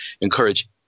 encourage